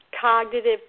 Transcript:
Cognitive